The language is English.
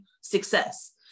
success